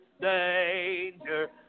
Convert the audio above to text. danger